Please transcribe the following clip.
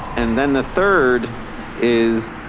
and then the third is